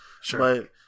Sure